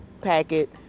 packet